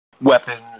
weapons